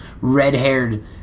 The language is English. red-haired